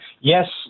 yes